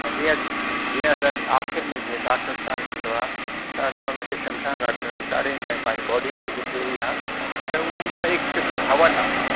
अ जीअं जीअं असां आख़िरि में जीअं दाह संस्कार थींदो आहे त असां उनखे शमशान घाट ते वञी साड़े ईंदा आहियूं पंहिंजी बॉडी खे जो बि आहे त उहो मतिलबु हिकु किसमु जो हवन आहे